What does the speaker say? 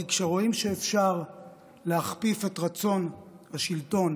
כי כשרואים שאפשר להכפיף את רצון השלטון